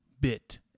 bit